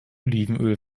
olivenöl